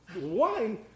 wine